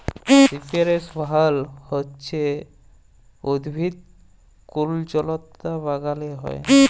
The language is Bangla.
সিপেরেস ভাইল হছে উদ্ভিদ কুল্জলতা বাগালে হ্যয়